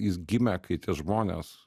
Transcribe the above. jis gimė kai tie žmonės